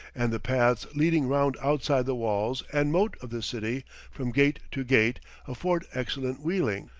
and the paths leading round outside the walls and moat of the city from gate to gate afford excellent wheeling.